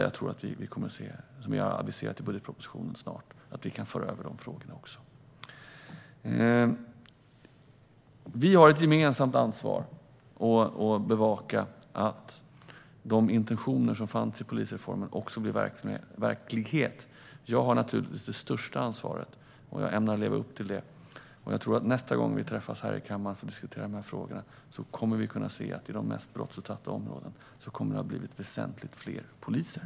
Jag tror att vi kommer att se att vi, som vi har aviserat i budgetpropositionen, snart kan föra över dessa frågor. Vi har ett gemensamt ansvar att bevaka att de intentioner som fanns i polisreformen också blir verklighet. Jag har naturligtvis det största ansvaret, och jag ämnar leva upp till det. Jag tror att vi nästa gång vi träffas här i kammaren för att diskutera dessa frågor kommer att se att det har blivit väsentligt fler poliser i de mest brottsutsatta områdena.